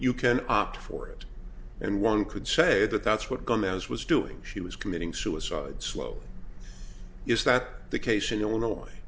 you can opt for it and one could say that that's what gomez was doing she was committing suicide slow is that the case in illinois